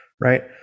right